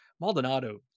Maldonado